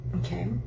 Okay